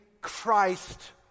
Christ